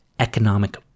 economic